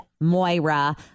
Moira